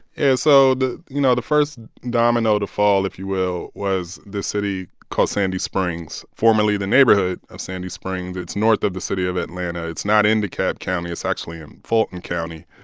yeah, so the you know, the first domino to fall, if you will, was this city called sandy springs, formerly the neighborhood of sandy springs. it's north of the city of atlanta. it's not in dekalb county. it's actually in fulton county.